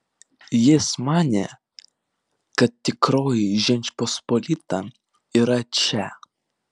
jis manė kad tikroji žečpospolita yra čia